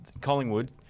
Collingwood